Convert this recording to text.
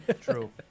true